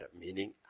meaning